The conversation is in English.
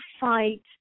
fight